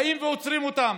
באים ועוצרים אותם.